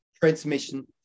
transmission